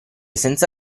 senza